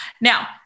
Now